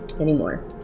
anymore